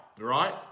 right